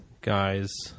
guys